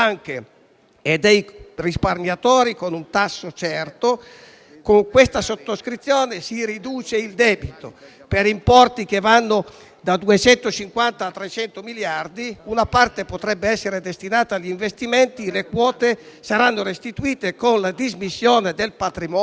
e dei risparmiatori, con un tasso certo. Con tale sottoscrizione si riduce il debito, per importi che vanno da 250 a 300 miliardi di euro. Una parte potrebbe essere destinata agli investimenti e le quote saranno restituite con la dismissione del patrimonio